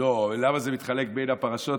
למה זה מתחלק בין הפרשות?